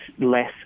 less